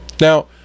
Now